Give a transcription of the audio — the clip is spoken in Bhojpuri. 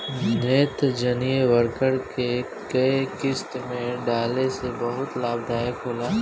नेत्रजनीय उर्वरक के केय किस्त में डाले से बहुत लाभदायक होला?